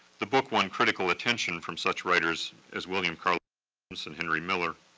the book won critical attention from such writers as william carlos and henry miller,